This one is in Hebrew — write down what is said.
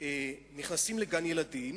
נכנסים לגן-ילדים,